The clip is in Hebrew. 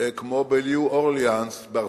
כמו בניו-אורלינס בארצות-הברית.